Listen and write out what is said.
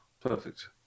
perfect